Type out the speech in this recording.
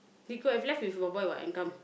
he could have left with Boy Boy what and come